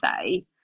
say